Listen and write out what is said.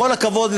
בכל הכבוד,